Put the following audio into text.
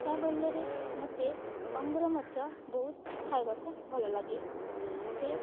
ତା ବଳରେ ମତେ ଅଙ୍ଗୁର ମଧ୍ୟ ବହୁତ ଖାଇବାକୁ ଭଲ ଲାଗେ ସେ